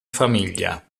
famiglia